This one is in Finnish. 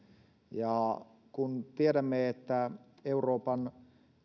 kun tiedämme että euroopan